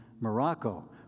Morocco